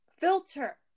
Filter